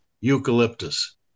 eucalyptus